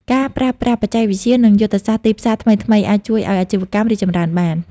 ការប្រើប្រាស់បច្ចេកវិទ្យា និងយុទ្ធសាស្ត្រទីផ្សារថ្មីៗ អាចជួយឱ្យអាជីវកម្មរីកចម្រើនបាន។